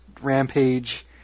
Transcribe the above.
rampage